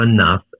enough